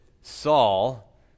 Saul